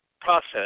process